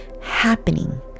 happening